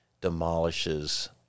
demolishes